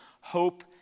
hope